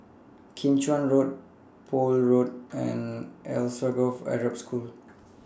Kim Chuan Road Poole Road and Alsagoff Arab School